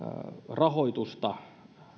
rahoitusta